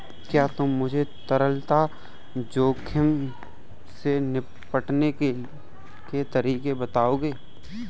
क्या तुम मुझे तरलता जोखिम से निपटने के तरीके बताओगे?